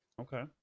Okay